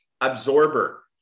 absorber